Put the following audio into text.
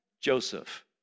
Joseph